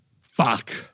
Fuck